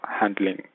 handling